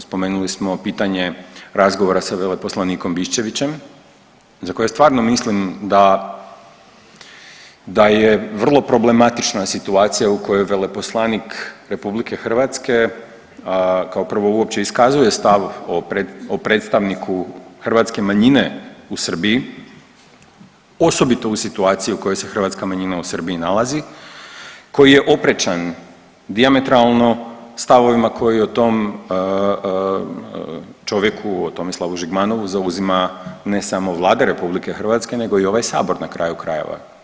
Spomenuli smo pitanje razgovara sa veleposlanikom Biščevićem za koje stvarno mislim da, da je vrlo problematična situacija u kojoj veleposlanik RH kao prvo uopće iskazuje stav o predstavniku hrvatske manjine u Srbiji osobito u situaciji u kojoj se hrvatska manjina u Srbiji nalazi, koji je oprečan dijametralno stavovima koje o tom čovjeku o Tomislavu Žigmanovu zauzima ne samo Vlada RH nego i ovaj sabor na kraju krajeva.